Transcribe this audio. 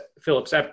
Phillips